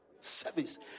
service